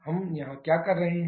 हम यहाँ क्या कर रहे हैं